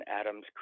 Adam's